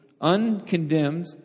uncondemned